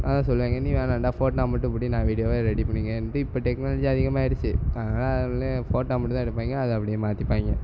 அதுதான் சொல்லுவாங்க நீ வேணாண்டா ஃபோட்டா மட்டும் பிடி நான் வீடியோவா ரெடி பண்ணிக்கிறேன்ட்டு இப்போ டெக்னாலஜி அதிகமாயிடுச்சு அதனால் அவனுங்களே ஃபோட்டா மட்டுந்தான் எடுப்பாங்க அதை அப்படியே மாற்றிப்பாய்ங்க